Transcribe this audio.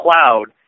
cloud